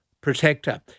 protector